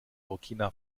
burkina